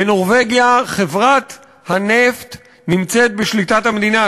בנורבגיה חברת הנפט נמצאת בשליטת המדינה,